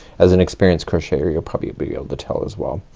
as an experienced crocheter, you'll probably be able to tell as well.